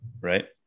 right